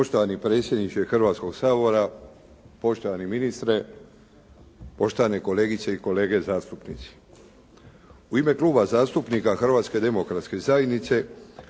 Poštovani predsjedniče Hrvatskog sabora, poštovani ministre, poštovane kolegice i kolege zastupnici. U ime Kluba zastupnika Hrvatske demokratske zajednice